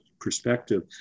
perspective